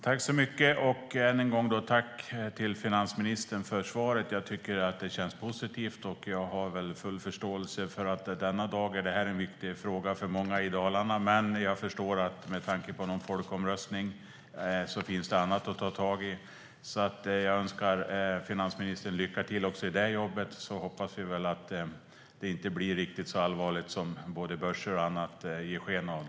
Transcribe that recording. Fru talman! Än en gång tack till finansministern för svaret. Det känns positivt. Jag har full förståelse för att det denna dag är en viktig fråga för många i Dalarna. Men med tanke på en folkomröstning finns det annat att ta tag i. Jag önskar finansministern lycka till också i det jobbet. Vi hoppas att det inte blir riktigt så allvarligt som både börser och annat ger sken av.